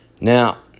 Now